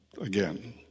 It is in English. again